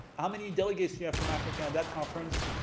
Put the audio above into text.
how many delegates yeah from africa at that conference?